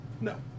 No